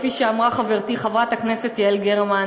כפי שאמרה חברתי חברת הכנסת יעל גרמן,